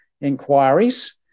inquiries